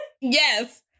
Yes